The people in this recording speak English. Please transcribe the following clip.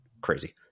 crazy